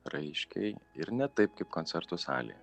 raiškiai ir ne taip kaip koncertų salėje